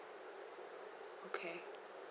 okay